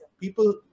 People